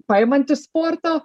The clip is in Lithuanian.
paimant iš sporto